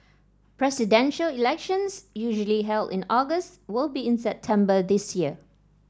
Presidential Elections usually held in August will be in September this year